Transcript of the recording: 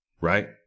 right